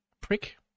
prick